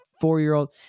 four-year-old